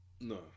No